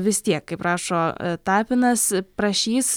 vis tiek kaip rašo a tapinas prašys